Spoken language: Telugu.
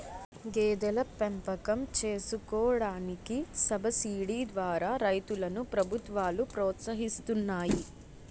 గేదెల పెంపకం చేసుకోడానికి సబసిడీ ద్వారా రైతులను ప్రభుత్వాలు ప్రోత్సహిస్తున్నాయి